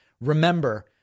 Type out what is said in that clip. Remember